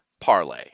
parlay